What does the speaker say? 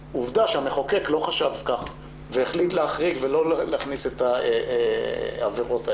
עובדה שהמחוקק לא חשב כך והחליט להחריג ולא להכניס את העבירות האלה,